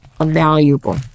valuable